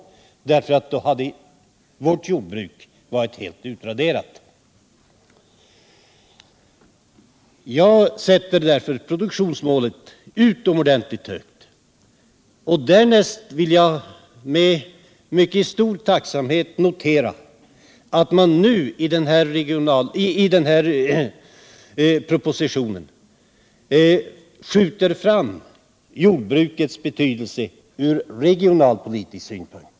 Då hade nämligen vårt jordbruk kommit att bli helt utraderat. Jag värdesätter därför produktionsmålet mycket högt, och dessutom noterar jag med mycket stor tacksamhet att man i propositionen understrukit jordbrukets betydelse från regionalpolitisk synpunkt.